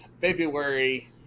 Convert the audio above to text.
February